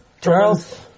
Charles